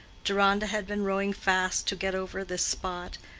deronda had been rowing fast to get over this spot,